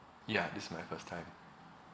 ya this is my first time